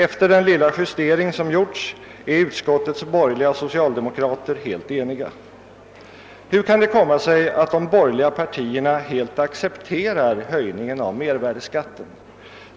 Efter den lilla justering som nu företagits är utskottets borgerliga och socialdemokrater helt eniga. Hur kan det komma sig att de borgerliga partierna sålunda accepterar höjningen av mervärdeskatten?